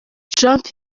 trump